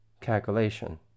calculation